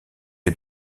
est